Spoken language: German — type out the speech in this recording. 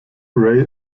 ray